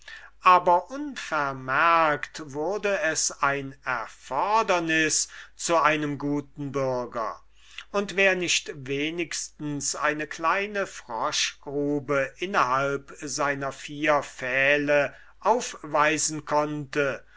aber unvermerkt wurde es ein unvermeidliches requisitum eines guten bürgers und wer nicht wenigstens eine kleine froschgrube innerhalb seiner vier pfähle aufweisen konnte